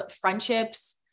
friendships